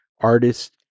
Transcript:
artist